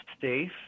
safe